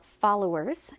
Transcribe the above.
Followers